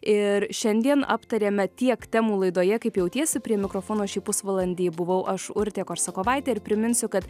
ir šiandien aptarėme tiek temų laidoje kaip jautiesi prie mikrofono šį pusvalandį buvau aš urtė korsakovaitė ir priminsiu kad